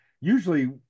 usually